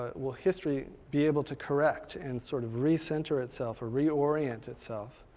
will history be able to correct and sort of recenter itself or reorient itself?